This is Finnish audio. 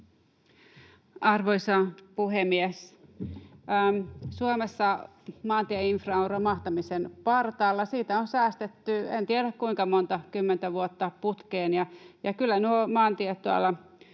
Arvoisa puhemies! Suomessa maantieinfra on romahtamisen partaalla. Siitä on säästetty, en tiedä, kuinka monta kymmentä vuotta putkeen,